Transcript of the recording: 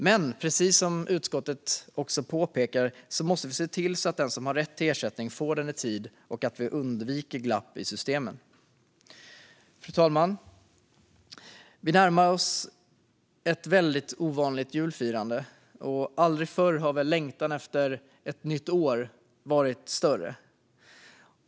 Men precis som utskottet påpekar måste vi se till att den som har rätt till ersättning får den i tid och undvika glapp i systemet. Fru talman! Vi närmar oss ett ovanligt julfirande, och aldrig förr har väl längtan efter ett nytt år varit större.